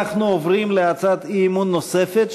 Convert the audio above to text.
אנחנו עוברים להצעת אי-אמון נוספת,